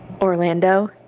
Orlando